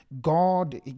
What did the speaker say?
God